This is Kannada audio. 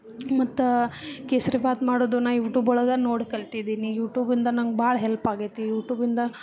ಮತ್ತು ಕೇಸರಿಬಾತು ಮಾಡೋದನ್ನು ಯೂಟೂಬ್ ಒಳಗೆ ನೋಡಿ ಕಲ್ತಿದ್ದೇನೆ ಯೂಟೂಬಿಂದ ನಂಗೆ ಭಾಳ ಹೆಲ್ಪ್ ಆಗೈತಿ ಯೂಟೂಬಿಂದ